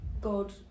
God